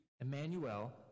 Emmanuel